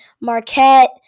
Marquette